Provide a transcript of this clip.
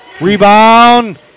Rebound